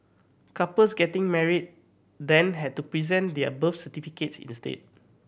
couples getting married then had to present their birth certificates instead